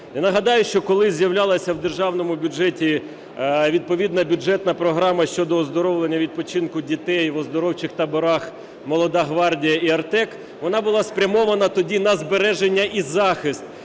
Нагадаю, що коли з'являлася у Державному бюджеті відповідна бюджетна програма щодо оздоровлення і відпочинку дітей в оздоровчих таборах "Молода гвардія" і "Артек", вона була спрямована тоді на збереження і захист